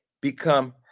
become